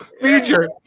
feature